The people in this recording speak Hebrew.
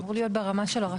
זה אמור להיות ברמה של הרשות.